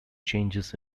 changes